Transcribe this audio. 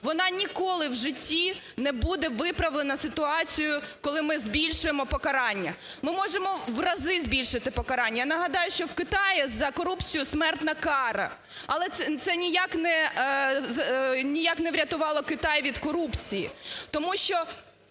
вона ніколи в житті не буде виправлена ситуація, коли ми збільшуємо покарання. Ми можемо в рази збільшити покарання. Я нагадаю, що в Китаї за корупцію – смертна кара, але це ніяк не... ніяк не врятувало Китай від корупції. Тому що